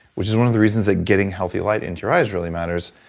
which is one of the reasons that getting healthy light into your eyes really matters,